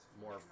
more